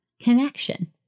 connection